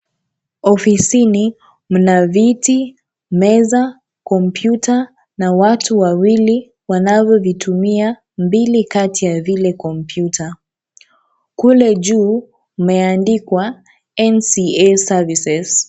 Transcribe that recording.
Ofisini mna viti , meza , kompyuta na watu wawili wanavyo vitumia mbili kati ya vile kompyuta. Kule juu umeandikwa NCA services .